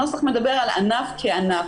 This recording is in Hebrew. הנוסח מדבר על ענף כענף,